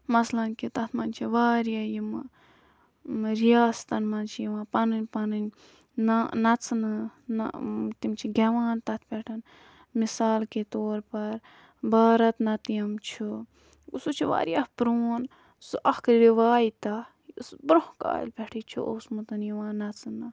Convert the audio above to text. مَثلاً کہِ تَتھ منٛز چھِ واریاہ یِمہٕ رِیاستَن مَنٛز چھِ یِوان پَنٕنۍ پَنٕنۍ نَژنہٕ نہٕ تِم چھِ گٮ۪وان تَتھ پٮ۪ٹھ مِثال کے طور پَر بھارتنَتیَم چھُ گوٚو سُہ چھُ واریاہ پرٛون سُہ اَکھ رِوایتَہ یُس برٛونٛہہ کالہِ پٮ۪ٹھٕے چھِ اوسمُت یِوان نَژنہٕ